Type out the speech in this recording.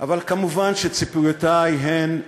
אבל מובן שציפיותי הן ריאליות,